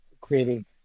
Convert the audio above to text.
creating